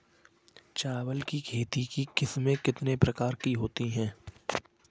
चावल की खेती की किस्में कितने प्रकार की होती हैं?